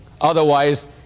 Otherwise